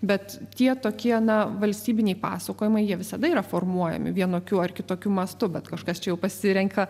bet tie tokie na valstybiniai pasakojimai jie visada yra formuojami vienokiu ar kitokiu mastu bet kažkas čia jau pasirenka